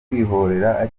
kwikorera